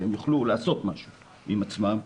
שהם יוכלו לעשות משהו עם עצמם,